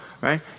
right